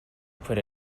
put